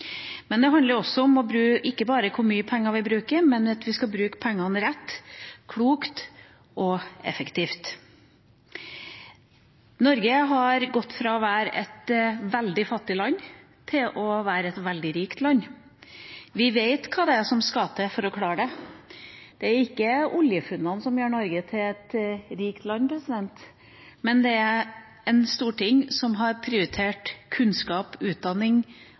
Men det handler ikke bare om hvor mye penger vi bruker, men om at vi skal bruke pengene rett, klokt og effektivt. Norge har gått fra å være et veldig fattig land til å være et veldig rikt land. Vi vet hva som skal til for å klare det. Det er ikke oljefunnene som gjør Norge til et rikt land, men et storting som har prioritert kunnskap, utdanning